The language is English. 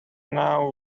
now